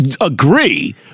agree